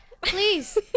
Please